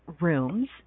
rooms